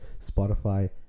Spotify